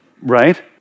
right